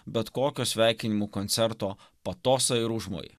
bet kokio sveikinimų koncerto patosą ir užmojį